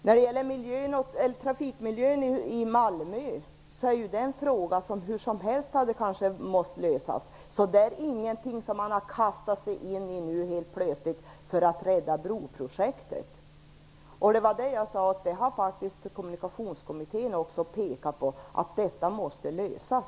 När det gäller trafikmiljön i Malmö är det ett problem som hur som helst hade måst lösas, så det är inget som man har kastat sig in i nu helt plötsligt för att rädda broprojektet. Kommunikationskommittén har också pekat på att detta problem måste lösas.